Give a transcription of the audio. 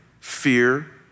fear